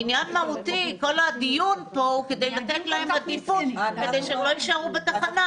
כל הדיון פה הוא כדי שהם לא יישארו בתחנה,